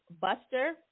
Buster